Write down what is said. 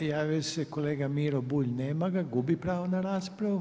Javio se kolega Miro Bulj, nema ga, gubi pravo na raspravu.